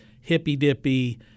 hippy-dippy